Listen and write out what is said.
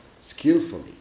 skillfully